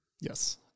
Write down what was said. Yes